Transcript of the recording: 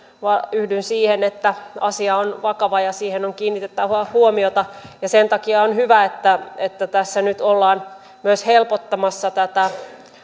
yhdyn siihen että asia on vakava ja siihen on kiinnitettävä huomiota sen takia on hyvä että että tässä nyt ollaan helpottamassa myös tätä